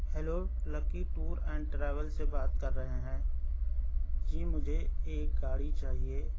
hello Lucky tour and travels سے بات کر رہے ہیں جی مجھے ایک گاڑی چاہیے